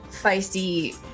feisty